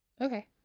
Okay